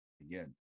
Again